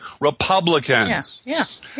Republicans